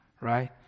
right